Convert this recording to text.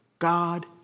God